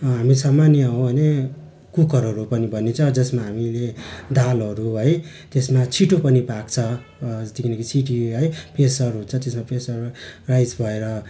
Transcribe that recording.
हामी सामान्य हो भने कुकरहरू पनि भनिन्छ जसमा हामीले दालहरू है त्यसमा छिटो पनि पाक्छ किनकि सिटी है प्रेसर हुन्छ त्यसमा प्रेसर राइस भएर